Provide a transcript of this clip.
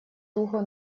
туго